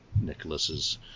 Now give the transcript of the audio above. Nicholas's